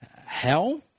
hell